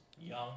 young